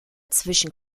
zwischen